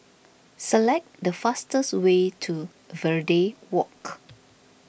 select the fastest way to Verde Walk